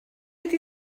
ydy